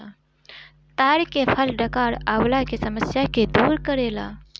ताड़ के फल डकार अवला के समस्या के दूर करेला